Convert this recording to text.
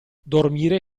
dormire